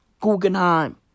Guggenheim